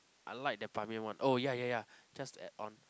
I like the Ban-Mian one oh yeah yeah yeah just to add on